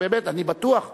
אני בטוח שלא,